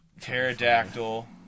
pterodactyl